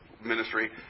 ministry